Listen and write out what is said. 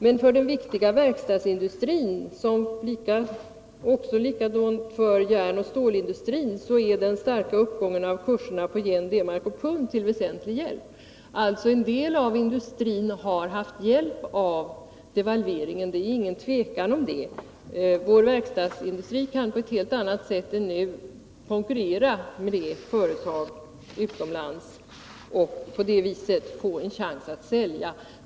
Men för den viktiga verkstadsindustrin, liksom för järnoch stålindustrin är den starka uppgången av kurserna på yen, D-mark och pund till väsentlig hjälp. Det råder inget tvivel om att en del av industrin har haft hjälp av devalveringarna. Vår verkstadsindustri kan nu på ett helt annat sätt konkurrera med de utländska företagen och på det sättet få en chans att sälja.